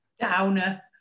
Downer